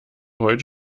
heute